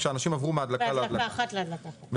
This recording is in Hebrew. כשאנשים עברו מהדלקה להדלקה.